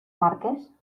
marqués